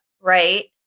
right